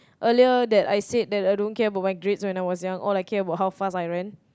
earlier that I said that I don't care about my grades when I was young all I care about how fast I ran